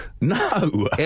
No